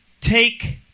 take